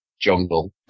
jungle